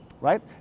Right